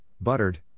buttered